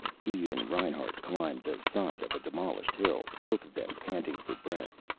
he and reinhart climbed the side of a demolished hill, both of them panting for breath.